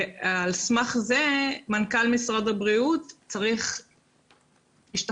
ועל סמך זה מנכ"ל משרד הבריאות צריך להשתכנע,